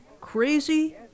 crazy